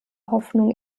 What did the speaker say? hoffnung